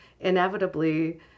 inevitably